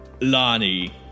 Lonnie